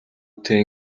хүнтэй